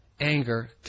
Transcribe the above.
anger